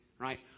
right